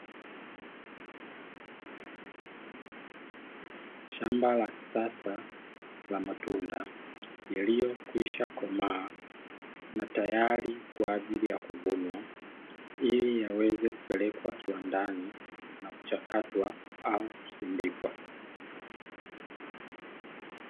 Shamba la kisasa la matunda yaliyokwisha komaa na tayari kwa ajili ya kuvunwa ili yaweze kupelekwa kiwandani, na kuchakatwa au kusindikwa.